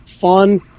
Fun